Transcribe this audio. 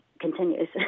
continues